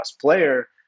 player